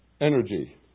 Energy